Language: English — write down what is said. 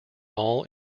all